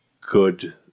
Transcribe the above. good